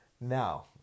Now